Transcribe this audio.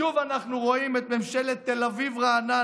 שוב אנחנו רואים את ממשלת תל אביב-רעננה,